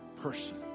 person